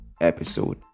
episode